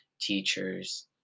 teachers